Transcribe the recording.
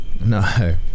No